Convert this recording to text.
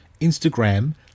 Instagram